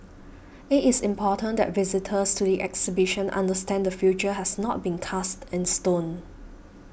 it is important that visitors to the exhibition understand the future has not been cast in stone